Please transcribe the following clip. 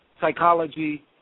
psychology